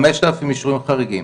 5,000 אישורים חריגים.